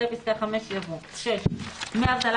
אחרי פסקה (5) יבוא: "(6) דמי אבטלה